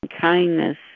kindness